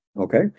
okay